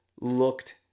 looked